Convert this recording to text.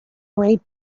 great